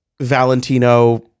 Valentino